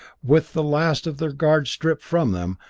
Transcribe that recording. with the last of their guard stripped from them,